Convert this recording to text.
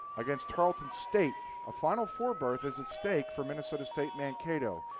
against carleton state. a final four berth is at stake for minnesota state mankato.